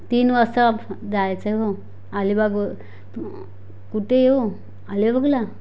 तीन वाजता आप जायचंय हो अलीबाग व कुठे येऊ अलीबागला